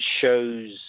shows